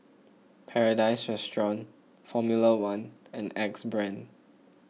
Paradise Restaurant formula one and Axe Brand